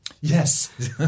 Yes